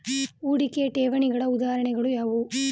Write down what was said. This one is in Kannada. ಹೂಡಿಕೆ ಠೇವಣಿಗಳ ಉದಾಹರಣೆಗಳು ಯಾವುವು?